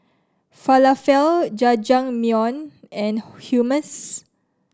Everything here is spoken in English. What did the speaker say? Falafel Jajangmyeon and Hummus